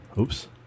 oops